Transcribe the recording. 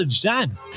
Dan